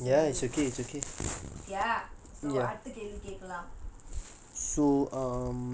ya so அடுத்த கேள்வி கேக்கலாம்:adutha kelvi kekalaam